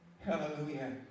Hallelujah